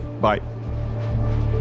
Bye